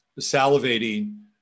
salivating